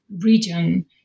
region